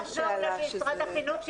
צריך לחזור למשרד החינוך,